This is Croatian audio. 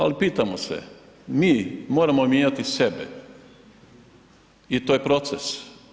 Ali pitamo se, mi moramo li mijenjati sebe i to je proces.